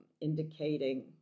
indicating